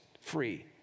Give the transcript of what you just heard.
free